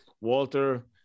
Walter